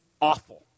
awful